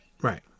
right